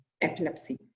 epilepsy